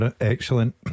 Excellent